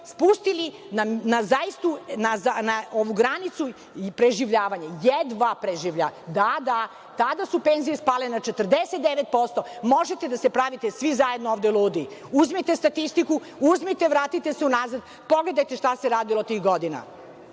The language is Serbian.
spustili na zaista granicu preživljavanja, jedva preživljavanja. Da, da, tada su penzije spale na 49%. Možete da se pravite svi zajedno ovde ludi, ali uzmite statistiku, uzmite vratite se unazad, pogledajte šta se radilo tih godina. Znači,